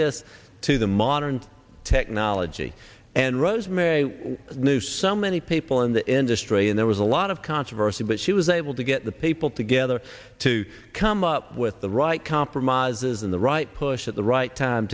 this to the modern technology and rosemary i knew so many people in the industry there was a lot of controversy but she was able to get the people together to come up with the right compromises in the right push at the right time